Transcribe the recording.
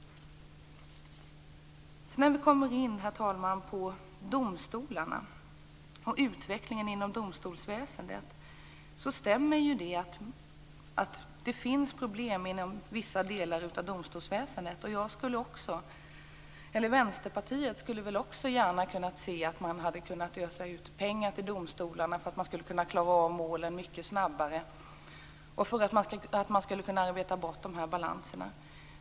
Sedan kommer vi in, herr talman, på domstolarna och utvecklingen inom domstolsväsendet. Det stämmer att det finns problem inom vissa delar av domstolsväsendet. Vänsterpartiet skulle gärna se att man hade kunnat ösa ut pengar till domstolarna så att de hade klarat av målen mycket snabbare och kunnat arbeta bort obalanserna.